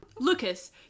Lucas